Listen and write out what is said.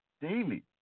Daily